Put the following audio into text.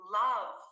love